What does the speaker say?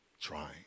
trying